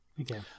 Okay